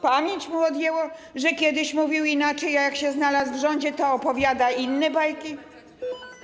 Pamięć mu odjęło, że kiedyś mówił inaczej, a jak się znalazł w rządzie, to opowiada bajki?